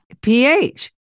pH